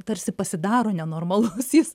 tarsi pasidaro nenormalus jis